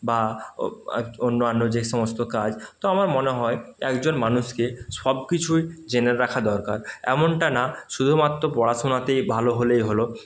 বা ও অন্যান্য যে সমস্ত কাজ তো আমার মনে হয় একজন মানুষকে সব কিছুই জেনে রাখা দরকার এমনটা না শুধুমাত্র পড়াশুনাতেই ভালো হলেই হলো